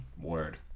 Word